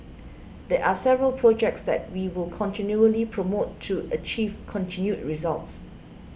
there are several projects that we will continually promote to achieve continued results